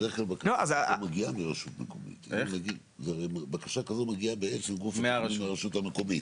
בדרך כלל, בקשה כזאת מגיעה מהרשות המקומית.